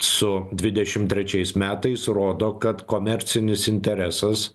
su dvidešim trečiais metais rodo kad komercinis interesas